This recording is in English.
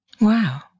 Wow